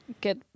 get